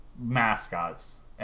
Mascots